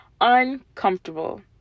uncomfortable